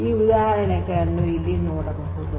ಈ ಉದಾಹರಣೆಯನ್ನು ಇಲ್ಲಿ ನೋಡಬಹುದು